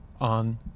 on